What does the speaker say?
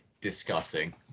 disgusting